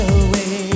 away